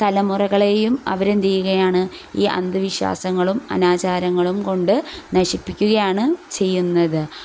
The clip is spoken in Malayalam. തലമുറകളെയും അവരെന്തു ചെയ്യുകയാണ് ഈ അന്ധവിശ്വാസങ്ങളും അനാചാരങ്ങളും കൊണ്ട് നശിപ്പിക്കുകയാണ് ചെയ്യുന്നത്